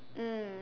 mm